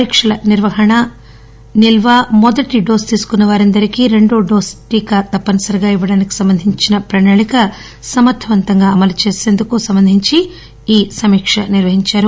పరీక్షల నిర్వహణ నిల్వ మొదటి డోసు తీసుకున్న వారందరికీ రెండవ డోస్ తప్పనిసరిగా ఇవ్వడానికి సంబంధించిన ప్రణాళిక సమర్దవంతంగా అమలు చేసేందుకు సంబంధించి ఈ సమీక్ష నిర్వహించారు